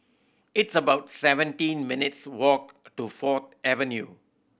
it's about seventeen minutes' walk to Fourth Avenue